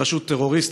היא רשות טרוריסטית,